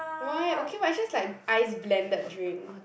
why okay what it's just like ice blended drink